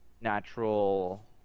natural